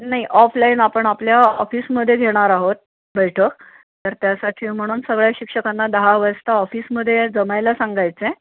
नाही ऑफलाईन आपण आपल्या ऑफिसमध्ये घेणार आहोत बैठक तर त्यासाठी म्हणून सगळ्या शिक्षकांना दहा वाजता ऑफिसमध्ये जमायला सांगायचं आहे